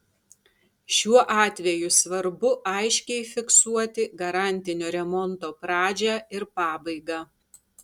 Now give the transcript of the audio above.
šiuo atveju svarbu aiškiai fiksuoti garantinio remonto pradžią ir pabaigą